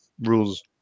rules